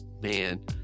man